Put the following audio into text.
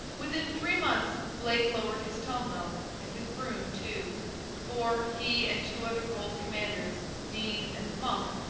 within three months, blake lowered his tone though, and his broom too for, he and two other bold commanders, dean and monk,